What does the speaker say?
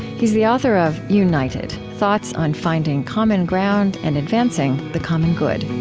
he's the author of united thoughts on finding common ground and advancing the common good